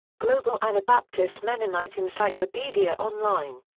global anabaptist mennonite encyclopedia online.